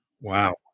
Wow